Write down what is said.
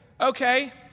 okay